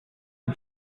you